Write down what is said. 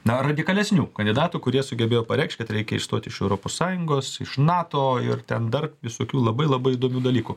na radikalesnių kandidatų kurie sugebėjo pareikšt kad reikia išstoti iš europos sąjungos iš nato ir ten dar visokių labai labai įdomių dalykų